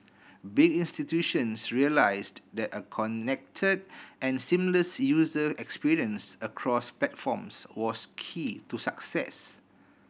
big institutions realised that a connected and seamless user experience across platforms was key to success